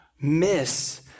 miss